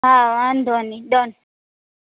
હા વાંધો નહીં ડન